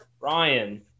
Ryan